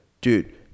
dude